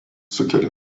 sukelia